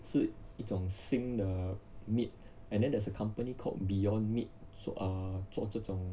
是一种新的 meat and then there's a company called beyond meat so err 做这种